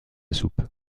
soupe